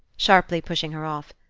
sharply pushing her off.